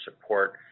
support